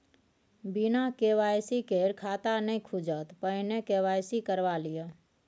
बिना के.वाई.सी केर खाता नहि खुजत, पहिने के.वाई.सी करवा लिअ